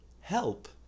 help